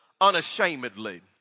unashamedly